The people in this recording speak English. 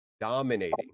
dominating